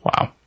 wow